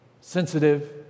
Sensitive